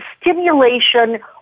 stimulation